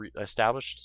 established